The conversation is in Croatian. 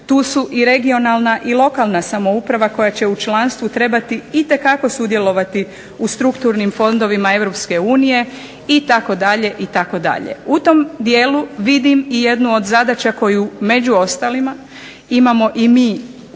tu su i regionalna i lokalna samouprava koja će u članstvu trebati itekako sudjelovati u strukturnim fondovima Europske unije, itd., itd. U tom dijelu vidim i jednu od zadaća koju među ostalima imamo i mi saborski